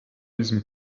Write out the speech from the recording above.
diesem